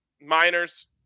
Miners